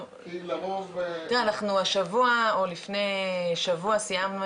אין להם מאיפה לשלם ומסבכים אותם.